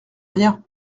rien